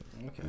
Okay